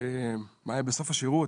היה בסוף השירות,